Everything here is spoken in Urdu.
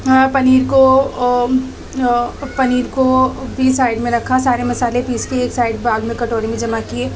پنیر کو پنیر کو بھی سائڈ میں رکھا سارے مصالحے پیس کے ایک سائڈ بعد میں کٹوری میں جمع کیے